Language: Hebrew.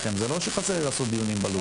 וזה לא שחסר לי דיונים בלוח הזמנים.